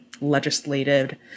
legislated